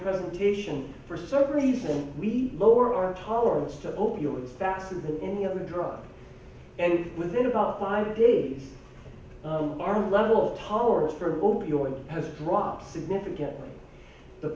presentation for some reason we lower our tolerance to opiates faster than any other drug and within about five days our level tower for opioids has dropped significantly the